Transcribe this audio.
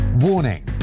Warning